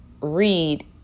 read